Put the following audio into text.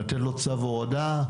לתת לו צו הורדה,